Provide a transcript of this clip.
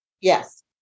Yes